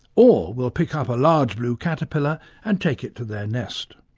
all will pick up a large blue caterpillar and take it to their nest.